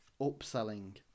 upselling